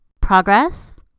Progress